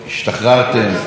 השתחררתם,